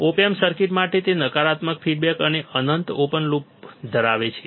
ઓપ amp circuit માટે તે નકારાત્મક ફીડબેક અને અનંત ઓપન લૂપ ધરાવે છે